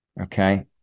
Okay